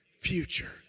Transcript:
future